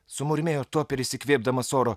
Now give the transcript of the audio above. sumurmėjo toperis įkvėpdamas oro